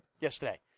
yesterday